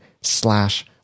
slash